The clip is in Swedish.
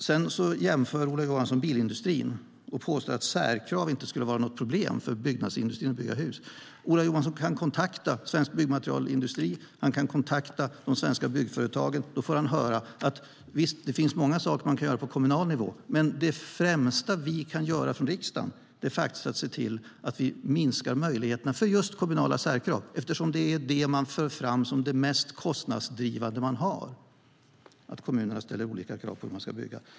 Sedan jämför Ola Johansson med bilindustrin och påstår att särkrav inte skulle vara något problem för byggnadsindustrin när det gäller att bygga hus. Ola Johansson kan kontakta svensk byggmaterialindustri och de svenska byggföretagen så får han höra att visst, det finns många saker man kan göra på kommunal nivå, men det främsta vi kan göra från riksdagen är att se till att minska möjligheten för just kommunala särkrav eftersom det är det man för fram som det mest kostnadsdrivande man har - att kommunerna ställer olika krav på hur man ska bygga.